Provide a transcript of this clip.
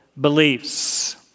beliefs